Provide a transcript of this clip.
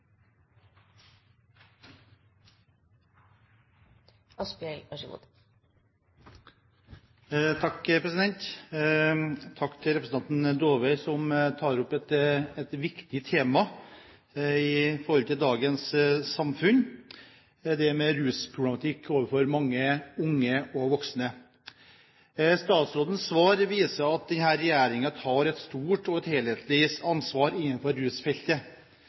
som tar opp et viktig tema i dagens samfunn – rusproblematikk overfor mange unge og voksne. Statsrådens svar viser at denne regjeringen tar et stort og helhetlig ansvar innenfor rusfeltet.